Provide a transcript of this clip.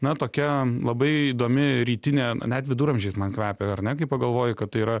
na tokia labai įdomi rytinė net viduramžiais man kvepia ar ne kai pagalvoji kad tai yra